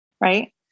Right